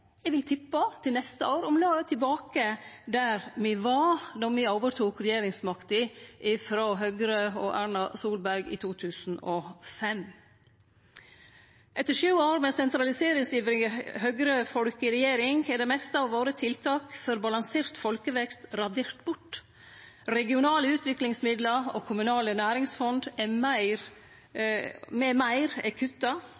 vil eg tippe, til neste år om lag tilbake der me var då me overtok regjeringsmakta frå Høgre og Erna Solberg i 2005. Etter sju år med sentraliseringsivrige høgrefolk i regjering er det meste av tiltaka våre for balansert folkevekst radert bort. Regionale utviklingsmidlar og kommunale næringsfond m.m. er